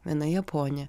viena japonė